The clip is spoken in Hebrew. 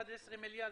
11 מיליארד.